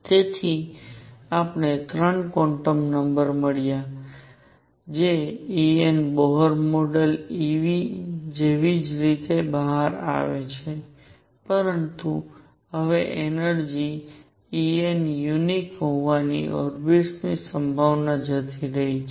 તેથી આપણને 3 quantum number મળ્યા જે En Bohr model e v જેવી જ રીતે બહાર આવે છે પરંતુ હવે એનર્જિ En યુનિક હોવાની ઓર્બિટ્સ ની સંભાવના જતી રહી છે